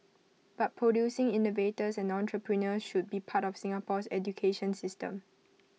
but producing innovators and entrepreneurs should be part of Singapore's education system